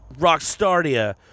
Rockstardia